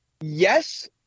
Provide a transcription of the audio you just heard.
yes